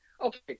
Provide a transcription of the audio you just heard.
okay